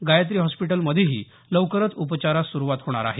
गायत्री हॉस्पिटलमध्येही लवकरच उपचारास सुरुवात होणार आहेत